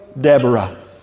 Deborah